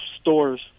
stores